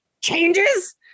changes